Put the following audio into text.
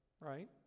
right